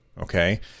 Okay